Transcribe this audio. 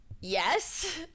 yes